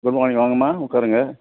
good morning வாங்க அம்மா உட்காருங்க